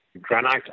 Granite